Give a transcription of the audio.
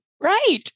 right